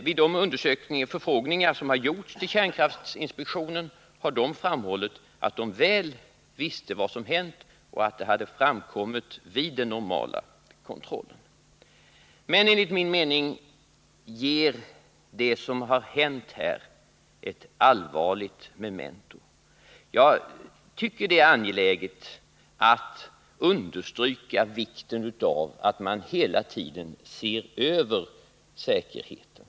Vi de förfrågningar som har gjorts till kärnkraftinspektionen har framhållits att man där väl visste vad som hänt, och att detta hade framkommit vid den normala kontrollen. Enligt min mening utgör emellertid det som har hänt här ett allvarligt memento. Jag tycker det är angeläget att understryka vikten av att man hela tiden ser över säkerheten.